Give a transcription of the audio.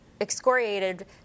excoriated